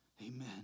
Amen